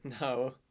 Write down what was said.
No